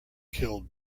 killed